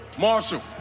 Marshall